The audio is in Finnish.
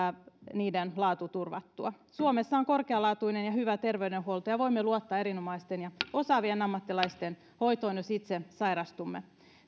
hoidon laatu turvattua suomessa on korkealaatuinen ja hyvä terveydenhuolto ja voimme luottaa erinomaisten ja osaavien ammattilaisten hoitoon jos itse sairastumme